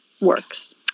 works